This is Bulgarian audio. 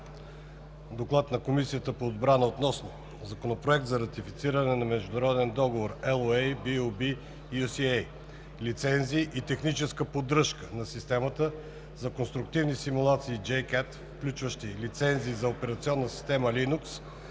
подлагам на първо гласуване Законопроект за ратифициране на Международен договор (LOA) BU-B-UCA „Лицензи и техническа поддръжка на системата за конструктивни симулации JCATS, включващи лицензи за операционна система Linux,